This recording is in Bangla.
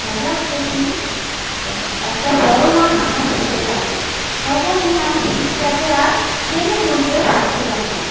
হঠাৎ দেখি একটা বড় মাছ আমার ছিপে লাগলো তখনই আমি ছিপটাকে আর টেনে তুলতে পারছিলাম না